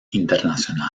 internacional